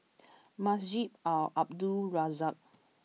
Masjid Al Abdul Razak